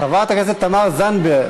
חברת הכנסת תמר זנדברג,